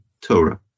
Torah